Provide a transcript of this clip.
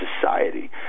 society